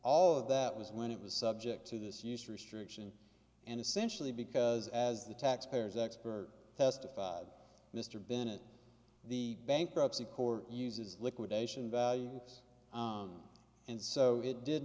all of that was when it was subject to this use restriction and essentially because as the taxpayers expert testified mr bennett the bankruptcy court uses liquidation values and so it did